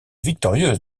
victorieuse